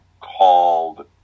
called